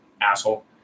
asshole